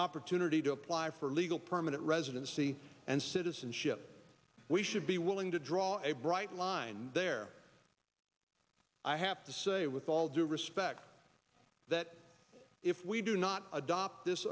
opportunity to apply for legal permanent residency and citizenship we should be willing to draw a bright line there i have to say with all due respect that if we do not adopt this